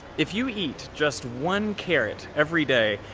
if you eat just one carrot every day,